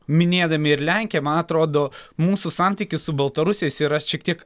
minėdami ir lenkiją man atrodo mūsų santykis su baltarusiais yra šiek tiek